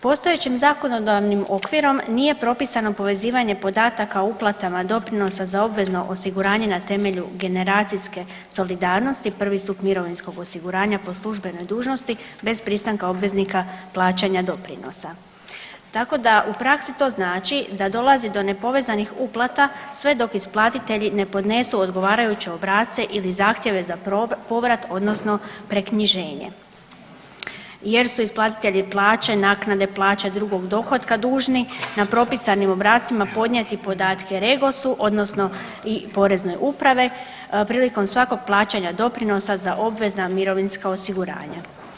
Postojećim zakonodavnim okvirom nije propisano povezivanje podataka o uplatama doprinosa za obvezno osiguranje na temelju generacijske solidarnosti, prvi stup mirovinskog osiguranja po službenoj dužnosti bez pristanka obveznika plaćanja doprinosa, tako da su praksi to znači da dolazi do nepovezanih uplata sve dok isplatitelji ne podnesu odgovarajuće obrasce ili zahtjeve za povrat odnosno preknjiženje jer su isplatitelji plaće naknade plaće drugog dohotka dužni na propisanim obrascima podnijeti podatke REGOS-u odnosno i porezne uprave prilikom svakog plaćanja doprinosa za obvezna mirovinska osiguranja.